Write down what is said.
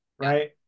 right